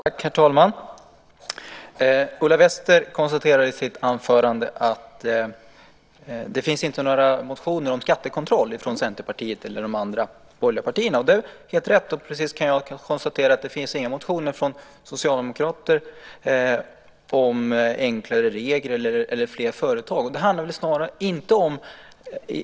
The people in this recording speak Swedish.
Herr talman! Ulla Wester konstaterar i sitt anförande att det inte finns några motioner om skattekontroll från Centerpartiet eller de andra borgerliga partierna. Det är helt rätt. Jag kan konstatera att det inte heller finns några motioner från socialdemokrater om enklare regler eller fler företag.